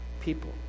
people